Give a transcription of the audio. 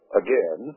again